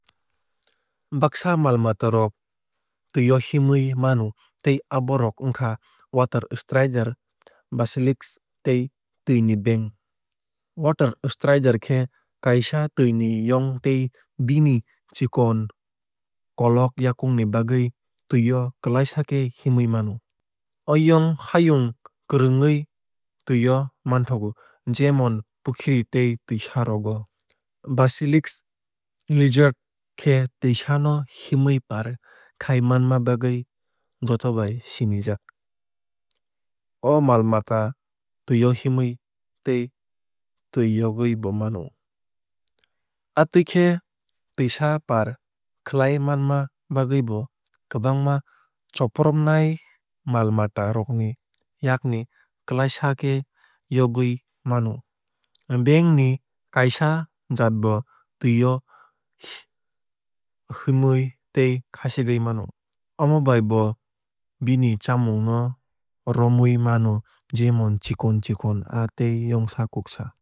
Baksa mal mata rok twui o himui mano tei abo rok wngkha water strider basilisk tei twui ni beng. Water strider khe kaisa twui ni yong tei bini chikon kolog yakung ni bagwui twui o klaisa khe himui mano. O yong hayung kwrwngwui twui o manthogo jemon pukhri tei twuisa rogo. Basilisk lizard khe twuisa no himui par khai manma bagwui jotobai sinijak. O mal mata twui o himui tei twui yogwui bo mano. Amtwui khe twuisa par khlai manma bagwui bo kwbangma chopropnai mal mata rogni yakni klaisa khe yogwui mano. Beng ni kaisa jaat bo twui o humui tei khachigwui mano. Omo bai bo bini chamung no romaui mano jemon chikon chiokn aa tei youngsa kuksa.